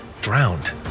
drowned